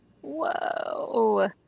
Whoa